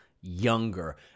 younger